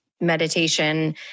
meditation